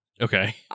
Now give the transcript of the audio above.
Okay